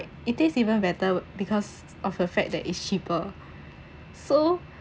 it tastes even better because of the fact that it's cheaper so